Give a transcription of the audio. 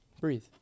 breathe